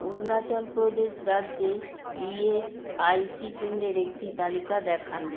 অরুণাচল প্রদেশ রাজ্যে ইএসআইসি কেন্দ্রের একটি তালিকা দেখান